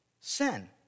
sin